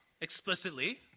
explicitly